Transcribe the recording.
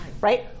right